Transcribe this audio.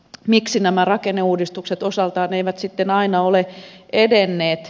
miksi nämä rakenneuudistukset osaltaan eivät sitten aina ole edenneet